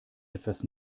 etwas